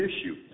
issue